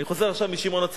אני חוזר עכשיו משמעון-הצדיק.